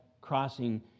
crossing